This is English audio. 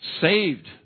saved